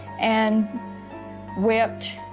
and wept,